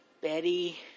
Betty